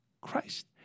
Christ